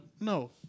No